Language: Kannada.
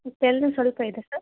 ತಲೆ ನೋವು ಸ್ವಲ್ಪ ಇದೆ ಸರ್